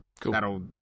that'll